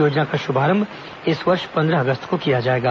योजना का शुभारंभ इस वर्ष पंद्रह अगस्त को किया जाएगा